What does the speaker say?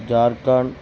Jharkhand